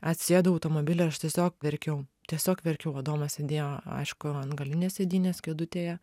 atsisėdau į automobilį ir aš tiesiog verkiau tiesiog verkiau adomas sėdėjo aišku ant galinės sėdynės kėdutėje